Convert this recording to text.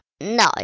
no